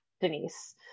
Denise